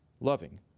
loving